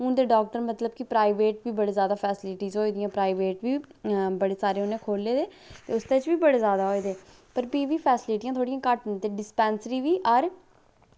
हून ते डाक्टर मतलब कि प्राईवेट वी बड़े जादा फैसिलिटीज होई दियां प्राईवेट बी बड़े सारे उनै खोल्ले दे उसदे च वी बड़े जादा होये दे पर फ्ही वी फेस्लिटियां थोह्ड़ियां घट्ट न ते डिस्पैंसरी बी हर